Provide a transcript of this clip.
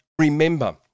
remember